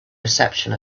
reception